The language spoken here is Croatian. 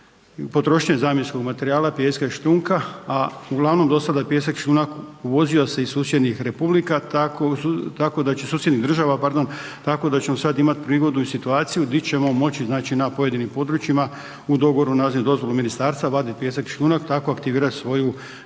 potrošnje zamjenskog materijala, pijeska i šljunka, a uglavnom do sada je pijesak i šljunak uvozio se iz susjednih republika, tako da će, susjednih država, pardon, tako da ćemo sad imat prigodu i situaciju di ćemo moći, znači na pojedinim područjima u dogovoru …/Govornik se ne razumije/… dozvolu ministarstva vadit pijesak i šljunak i tako aktivirat svoju